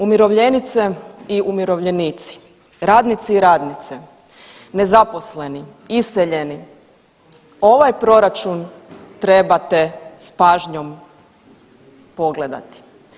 Umirovljenice i umirovljenici, radnice i radnici, nezaposleni, iseljeni ovaj proračun trebate s pažnjom pogledati.